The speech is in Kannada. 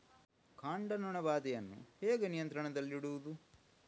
ಕಾಂಡ ನೊಣ ಬಾಧೆಯನ್ನು ಹೇಗೆ ನಿಯಂತ್ರಣದಲ್ಲಿಡುವುದು?